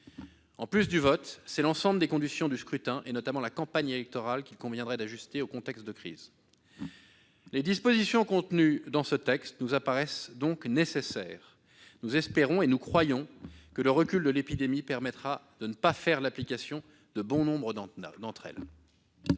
En plus du vote, c'est l'ensemble des conditions du scrutin, notamment la campagne électorale, qu'il conviendrait d'ajuster aux contextes de crise. Les dispositions contenues dans ce texte nous apparaissent nécessaires. Nous espérons et nous croyons que le recul de l'épidémie permettra de ne pas faire application de bon nombre d'entre elles.